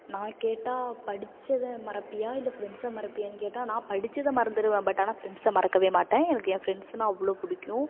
நான் கேட்டால் படிச்சதை மறப்பியா இல்லை ஃப்ரெண்ட்ஸை மறப்பியான்னு கேட்டா நான் படிச்சதை மறந்துருவேன் பட் ஆனால் ஃப்ரெண்ட்ஸை மறக்கவே மாட்டேன் எனக்கு என் ஃப்ரெண்ட்ஸுனா அவ்வளோ பிடிக்கும்